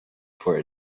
for